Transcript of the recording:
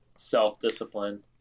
self-discipline